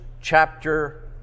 chapter